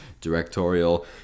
directorial